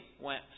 went